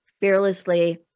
fearlessly